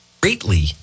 greatly